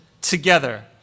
together